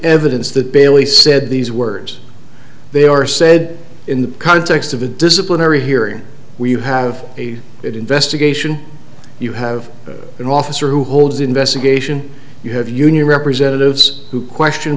evidence that bailey said these words they are said in the context of a disciplinary hearing where you have a it investigation you have an officer who holds the investigation you have union representatives who question